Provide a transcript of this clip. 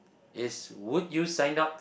is would you sign up